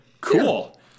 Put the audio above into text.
cool